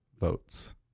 votes